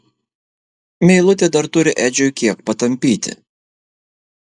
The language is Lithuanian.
meilutė dar turi edžiui kiek patampyti